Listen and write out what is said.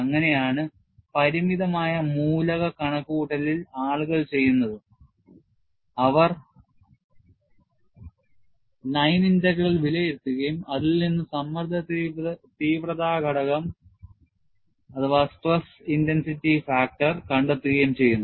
അങ്ങനെയാണ് പരിമിതമായ മൂലക കണക്കുകൂട്ടലിൽ ആളുകൾ ചെയ്യുന്നത് അവർ ലൈൻ ഇന്റഗ്രൽ വിലയിരുത്തുകയും അതിൽ നിന്ന് സമ്മർദ്ദ തീവ്രത ഘടകം കണ്ടെത്തുകയും ചെയ്യുന്നു